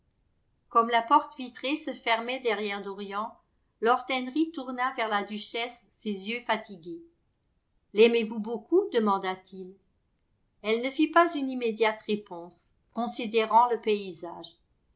comme la porte vitrée se fermait derrière dorian lord henry tourna vers la duchesse ses yeux fatigués laimez vous beaucoup demanda-t-il elle ne fit pas une immédiate réponse considérant le paysage